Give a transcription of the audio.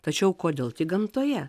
tačiau kodėl gamtoje